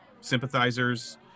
sympathizers